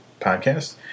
podcast